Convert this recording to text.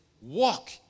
walk